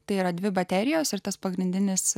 tai yra dvi baterijos ir tas pagrindinis